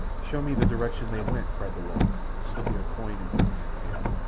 show me the direction they went, cried the woman, slipping a coin into the man's hand.